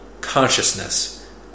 consciousness